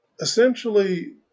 essentially